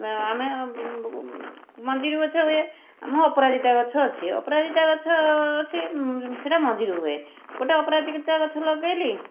ଏ ଆମେ ମଞ୍ଜିରୁ ଗଛ ହୁଏ ଆମ ଅପରାଜିତା ଗଛ ଅଛି ଅପରାଜିତା ଗଛ ଅଛି ସେଇଟା ମଞ୍ଜିରୁ ହୁଏ ଗୋଟେ ଅପରାଜିତା ଗଛ ଲଗେଇଲି